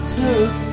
took